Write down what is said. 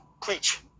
Preach